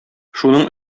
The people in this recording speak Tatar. шуның